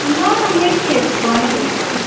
ल ल म एक खेप भनिहेर्छु नि